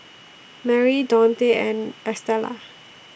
Merri Daunte and Estella